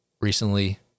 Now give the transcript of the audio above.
recently